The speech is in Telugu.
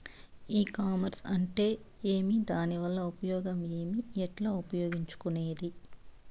ఈ కామర్స్ అంటే ఏమి దానివల్ల ఉపయోగం ఏమి, ఎట్లా ఉపయోగించుకునేది?